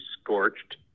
scorched